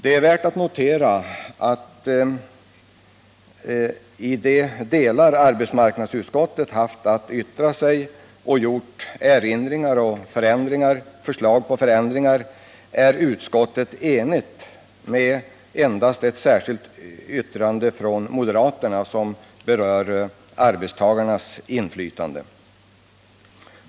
Det är värt att notera att beträffande de delar som arbetsmarknadsutskottet har haft att yttra sig om, och där utskottet har gjort erinringar och förslag till förändringar, är utskottet enigt. Det finns endast ett särskilt yttrande från moderaterna om arbetstagarnas inflytande.